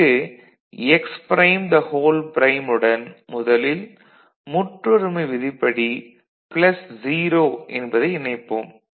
இங்கு " உடன் முதலில் முற்றொருமை விதிப்படி 0 என்பதை இணைப்போம்